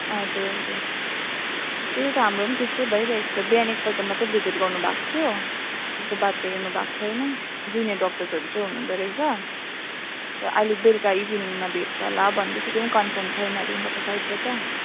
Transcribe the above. हजुर हजुर त्यही त हाम्रो पनि त्यस्तै भइरहेको छ बिहान एकपल्टमात्रै भिजिट गर्नु भएको थियो त्यसको बाद त हेर्नु भएको छैन जुनियर डक्टर्सहरू चाहिँ हुनु हुँदारहेछ र अहिले बेलुका इभिनिङमा भेट्छ होला भन्दैछ त्यो पनि कन्फर्म छैन अरे उनीहरूको साइडबाट